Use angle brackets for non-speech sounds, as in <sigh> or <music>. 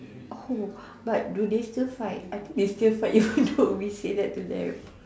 who but do they still fight I think they still fight <laughs> you all don't be say that to them